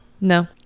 No